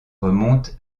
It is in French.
remontent